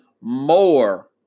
more